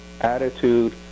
attitude